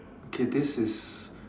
okay this is